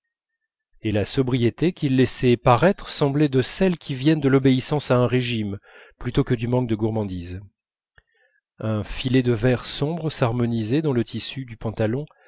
et la sobriété qu'ils laissaient paraître semblait de celles qui viennent de l'obéissance à un régime plutôt que de manque de gourmandise un filet de vert sombre s'harmonisait dans le tissu du pantalon